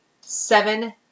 Seven